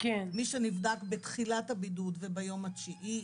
מי שנבדק בתחילת הבידוד וביום התשיעי,